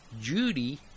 judy